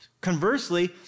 Conversely